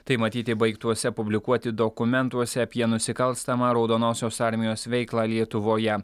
tai matyti baigtuose publikuoti dokumentuose apie nusikalstamą raudonosios armijos veiklą lietuvoje